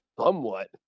somewhat